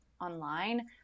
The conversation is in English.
online